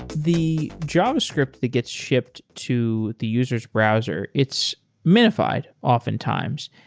the javascript the gets shipped to the user's browser, it's minified often times.